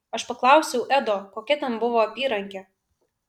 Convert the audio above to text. aš paklausiau edo kokia ten buvo apyrankė